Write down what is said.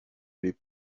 les